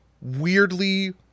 weirdly